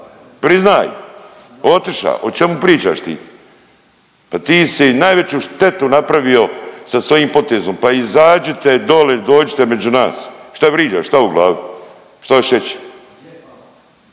Priznaj. Otišao, o čemu pričaš ti. Pa ti si najveću štetu napravio sa svojim potezom pa izađite dole, dođite među nas. Šta vriđaš, šta u glavi, šta hoćeš